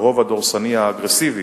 ברוב הדורסני האגרסיבי,